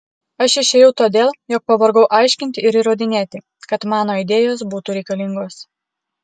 aš išėjau todėl jog pavargau aiškinti ir įrodinėti kad mano idėjos būtų reikalingos